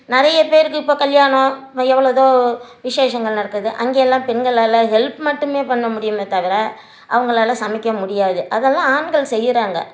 நிறைய பேருக்கு இப்போ கல்யாணம் இப்போ எவ்வளதோ விசேஷங்கள் நடக்குது அங்கயெல்லாம் பெண்களால் ஹெல்ப் மட்டுமே பண்ண முடியுமே தவிர அவங்களால சமைக்க முடியாது அதெல்லாம் ஆண்கள் செய்கிறாங்க